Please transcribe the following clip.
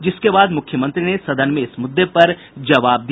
जिसके बाद मुख्यमंत्री ने सदन में इस मुद्दे पर जवाब दिया